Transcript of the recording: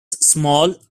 small